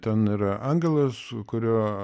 ten yra angelas kurio